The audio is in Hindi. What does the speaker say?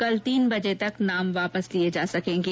कल तीन बजे तक नाम वापस लिये जा सकेंगे